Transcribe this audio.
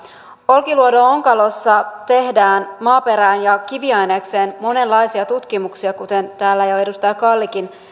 olkiluodon onkalossa tehdään maaperään ja kiviainekseen monenlaisia tutkimuksia kuten täällä jo edustaja kallikin